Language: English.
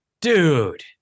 dude